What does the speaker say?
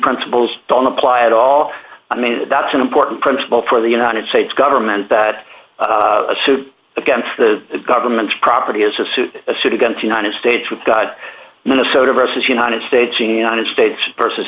principles don't apply at all i mean that's an important principle for the united states government that a suit against the government's property is to suit a city going to united states with god minnesota versus united states in the united states versus